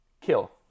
kill